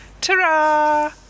ta-ra